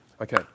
Okay